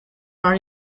are